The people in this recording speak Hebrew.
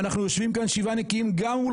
ואנחנו יושבים כאן שבעה נקיים גם מול